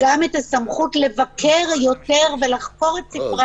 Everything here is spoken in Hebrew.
גם את הסמכות לבקר יותר ולחקור את ספרי